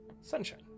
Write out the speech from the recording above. Sunshine